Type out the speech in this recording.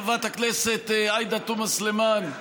חברת הכנסת עאידה תומא סלימאן,